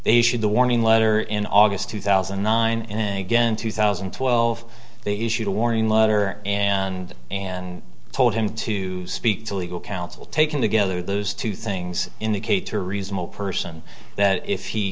they should the warning letter in august two thousand and nine in again two thousand and twelve they issued a warning letter and and told him to speak to legal counsel taken together those two things in the k to reasonable person that if he